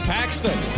Paxton